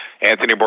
Anthony